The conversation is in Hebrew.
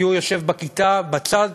כי הוא יושב בכיתה בצד,